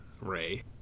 Ray